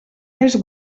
més